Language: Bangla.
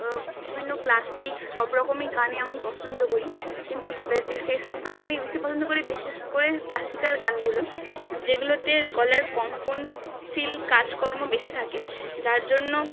বিভিন্ন ক্লাসিক সব রকমই গানে আমি পছন্দ করি কিন্তু যে সেসব গান আমি বেশি পছন্দ করি বিশেষ করে ক্লাসিক্যাল গানগুলো যেগুলোতে গলার কম্পনশীল কাজকর্ম বেশি থাকে যার জন্য